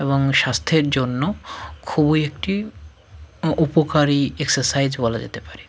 এবং স্বাস্থ্যের জন্য খুবই একটি উপকারী এক্সারসাইজ বলা যেতে পারে